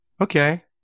okay